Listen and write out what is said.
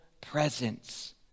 presence